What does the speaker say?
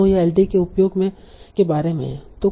तो यह एलडीए के उपयोग के बारे में है